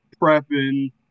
prepping